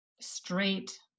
straight